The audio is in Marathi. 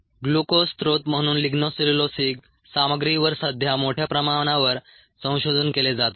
ग्लुकोज स्त्रोत म्हणून लिग्नो सेल्युलोसिक सामग्रीवर सध्या मोठ्या प्रमाणावर संशोधन केले जात आहे